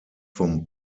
vom